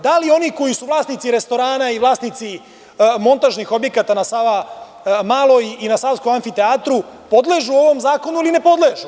Da li oni koji su vlasnici restorana i vlasnici montažnih objekata na Savamaloj i na Savskom amfiteatru, podležu ovom zakonu ili ne podležu?